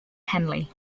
henley